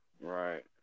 right